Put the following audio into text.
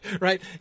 right